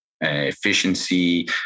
efficiency